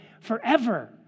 forever